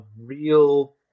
real